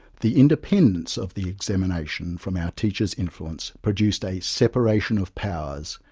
the independence of the examination from our teacher's influence produced a separation of powers,